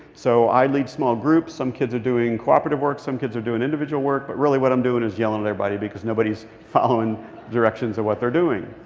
so i lead small group. some kids are doing cooperative work. some kids are doing individual work. but really, what i'm doing is yelling at everybody because nobody is following directions of what they're doing.